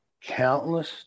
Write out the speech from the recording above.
countless